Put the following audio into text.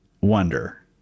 wonder